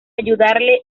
ayudarle